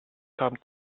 thumb